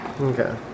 Okay